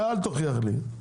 אל תוכיח לי.